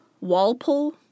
Walpole